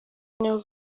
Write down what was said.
niwe